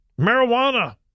marijuana